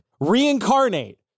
reincarnate